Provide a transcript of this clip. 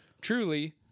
truly